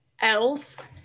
else